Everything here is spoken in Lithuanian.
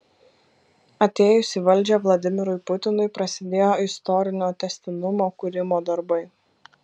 atėjus į valdžią vladimirui putinui prasidėjo istorinio tęstinumo kūrimo darbai